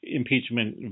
impeachment